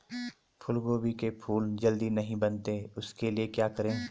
फूलगोभी के फूल जल्दी नहीं बनते उसके लिए क्या करें?